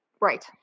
Right